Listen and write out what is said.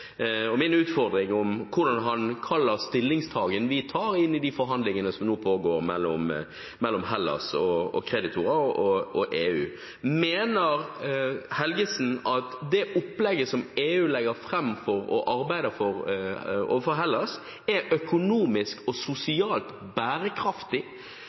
og min utfordring om hva slags stillingstagen vi tar inn i de forhandlingene som nå pågår mellom Hellas og kreditorer og EU. Mener Helgesen at det opplegget som EU legger fram, og arbeider for, overfor Hellas, er økonomisk og sosialt bærekraftig? Mener han at Hellas’ regjering tar feil når den sier at det er ikke sosialt bærekraftig